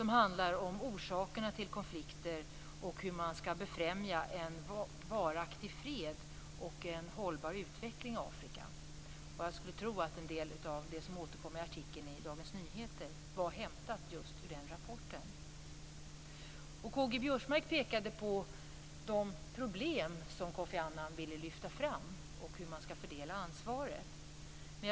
Den handlar om orsakerna till konflikter och hur man skall befrämja en varaktig fred och hållbar utveckling i Afrika. Jag tror att en hel del av det som återges i artikeln i Dagens Nyheter är hämtad ur den rapporten. K-G Biörsmark pekade på de problem som Kofi Annan ville lyfta fram och hur ansvaret skall fördelas.